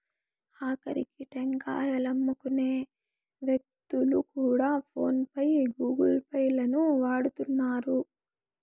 ఆకరికి టెంకాయలమ్ముకునే వ్యక్తులు కూడా ఫోన్ పే గూగుల్ పే లను వాడుతున్నారు